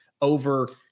over